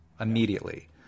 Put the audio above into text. immediately